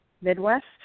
Midwest